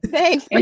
Thanks